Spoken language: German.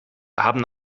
haben